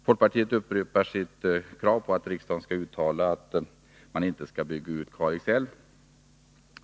Folkpartiet upprepar sitt krav på att riksdagen skall uttala att man inte skall bygga ut Kalix älv.